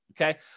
Okay